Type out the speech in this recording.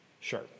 Sure